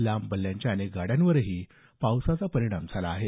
लांब पल्ल्याच्या अनेक गाड्यांवरही पावसाचा परिणाम झाला आहे